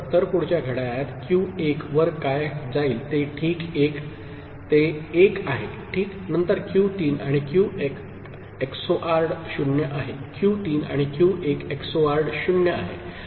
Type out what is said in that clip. तर पुढच्या घड्याळात क्यू 1 वर काय जाईल ते 1 आहे ठीक नंतर क्यू 3 आणि क्यू 1 XORड 0 आहे क्यू 3 आणि क्यू 1 XORड 0 आहे